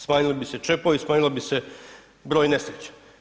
Smanjili bi se čepovi, smanjila bi se broj nesreća.